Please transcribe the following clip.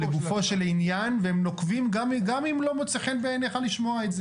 הם לגופו של עניין והם נוקבים גם אם לא מוצא חן בעיניך לשמוע את זה.